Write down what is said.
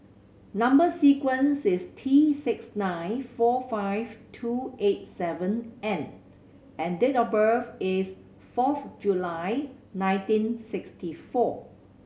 number sequence is T six nine four five two eight seven N and date of birth is fourth July nineteen sixty four